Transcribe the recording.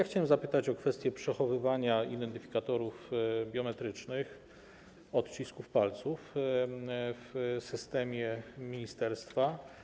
Chciałem zapytać o kwestię przechowywania identyfikatorów biometrycznych, odcisków palców w systemie ministerstwa.